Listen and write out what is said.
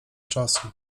czasu